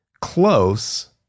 close